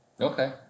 Okay